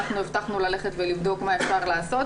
ואנחנו הבטחנו לבדוק מה שניתן לעשות,